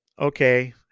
Okay